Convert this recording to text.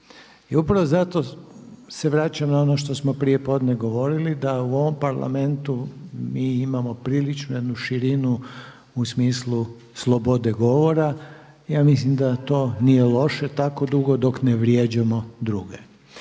I upravo zato se vraćam na ono što smo prijepodne govorili da je u ovom Parlamentu mi imamo prilično jednu širinu u smislu slobode govora. Ja mislim da to nije loše tako dugo dok ne vrijeđamo druge.